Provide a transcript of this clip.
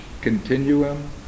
continuum